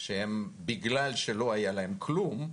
בגלל שלא היה להם כלום,